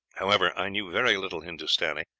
however, i knew very little hindustani,